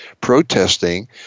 protesting